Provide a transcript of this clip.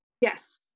Yes